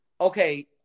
okay